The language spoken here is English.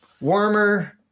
warmer